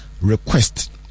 request